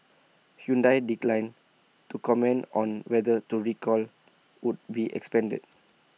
Hyundai declined to comment on whether to recall would be expanded